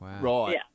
Right